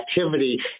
activity